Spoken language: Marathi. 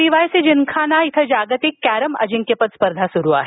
पीवायसी जिमखाना इथं जागतिक कॅरम अजिंक्यपद स्पर्धा सुरु आहे